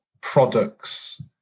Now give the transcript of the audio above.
products